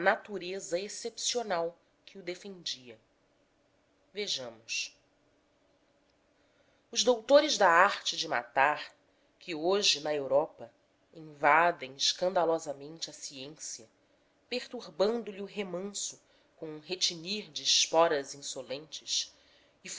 natureza excepcional que o defendia vejamos os doutores na arte de matar que hoje na europa invadem escandalosamente a ciência perturbando lhe o remanso com um retinir de esporas insolentes